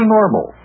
Normal